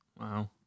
Wow